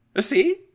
See